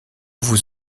vous